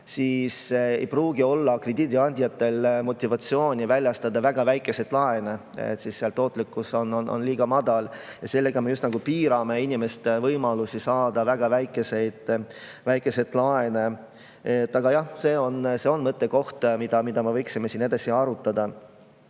siis ei pruugi olla krediidiandjatel motivatsiooni väljastada väga väikesi laene, sest seal on tootlikkus liiga madal, ja sellega me just nagu piirame inimeste võimalusi saada väga väikeseid laene. Aga jah, see on mõttekoht, mida me võiksime siin edasi arutada.